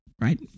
Right